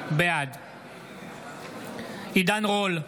בעד עידן רול,